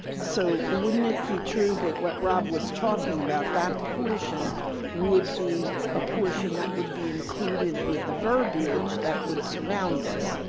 so wouldn't it be true that what rob was talking about, that portion would be a portion that would be included with the verbiage that would surround this?